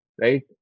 right